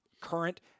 current